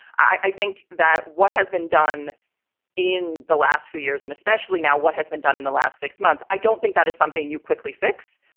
i think that what has been done in the last few years and especially now what has been done in the last six months, i don't think that is something you quickly fix,